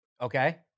okay